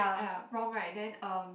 ya prom right then uh